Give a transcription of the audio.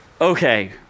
Okay